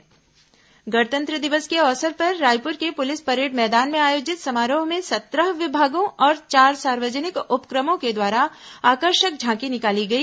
गणतंत्र दिवस झांकी गणतंत्र दिवस के अवसर पर रायपुर के पुलिस परेड मैदान में आयोजित समारोह में सत्रह विभागों और चार सार्वजनिक उपक्रमों के द्वारा आकर्षक झांकी निकाली गई